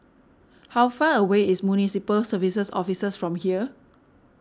how far away is Municipal Services Office from here